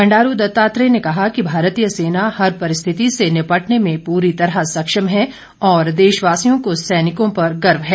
बंडारू दत्तात्रेय ने कहा कि भारतीय सेना हर परिस्थिति से निपटने में पूरी तरह सक्षम है और देशवासियों को सैनिकों पर गर्व है